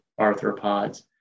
arthropods